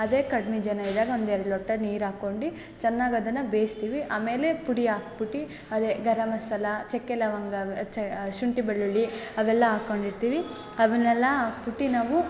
ಅದೇ ಕಡ್ಮೆ ಜನ ಇದ್ದಾಗ ಒಂದು ಎರಡು ಲೋಟ ನೀರು ಹಾಕೊಂಡಿ ಚೆನ್ನಾಗಿ ಅದನ್ನು ಬೇಯಿಸ್ತೀವಿ ಆಮೇಲೆ ಪುಡಿ ಹಾಕ್ಬುಟ್ಟಿ ಅದೇ ಗರಮ್ ಮಸಾಲೆ ಚಕ್ಕೆ ಲವಂಗ ಚ ಶುಂಠಿ ಬೆಳ್ಳುಳ್ಳಿ ಅವೆಲ್ಲ ಹಾಕ್ಕೊಂಡಿರ್ತೀವಿ ಅವನ್ನೆಲ್ಲ ಹಾಕ್ಬುಟ್ಟಿ ನಾವು